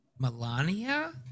Melania